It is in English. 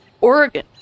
Oregon